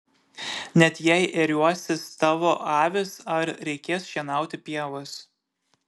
net jei ėriuosis tavo avys ar reikės šienauti pievas